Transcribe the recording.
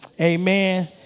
Amen